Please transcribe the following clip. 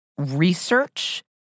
research